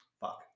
Fuck